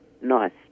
nice